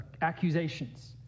accusations